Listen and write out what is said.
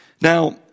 Now